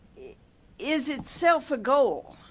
is itself a goal.